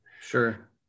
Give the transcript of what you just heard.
Sure